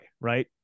right